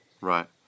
Right